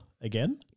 again